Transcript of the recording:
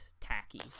tacky